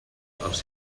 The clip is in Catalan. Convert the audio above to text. els